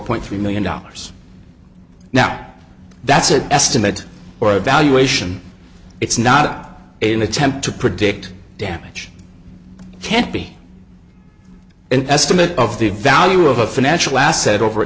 point three million dollars now that's an estimate or a valuation it's not an attempt to predict damage can't be and estimate of the value of a financial asset over a